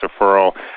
deferral